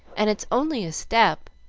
and it's only a step.